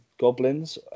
goblins